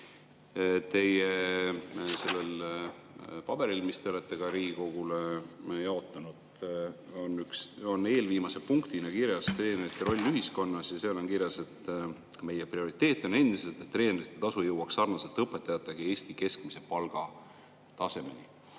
Sellel paberil, mis te olete ka Riigikogule laiali jaotanud, on eelviimase punktina kirjas treenerite roll ühiskonnas. Seal on kirjas, et meie prioriteet on endiselt see, et treenerite tasu jõuaks sarnaselt õpetajate palgaga Eesti keskmise palga tasemeni.